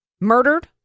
murdered